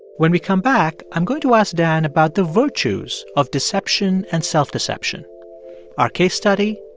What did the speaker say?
when we come back, i'm going to ask dan about the virtues of deception and self-deception our case study,